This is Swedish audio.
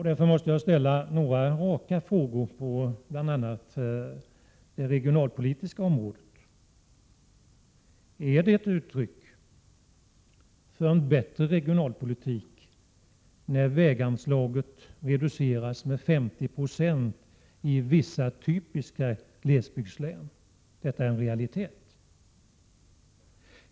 Därför måste jag ställa några raka frågor på bl.a. det regionalpolitiska området. Är det ett uttryck för en bättre regionalpolitik när väganslaget reduceras med 50 90 i vissa typiska glesbygdslän? Detta är en realitet.